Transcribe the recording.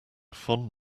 fond